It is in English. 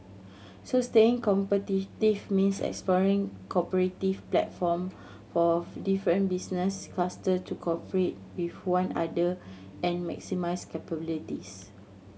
so staying competitive means exploring cooperative platform for different business cluster to cooperate with one other and maximise capabilities